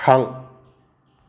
थां